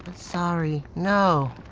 sorry. no.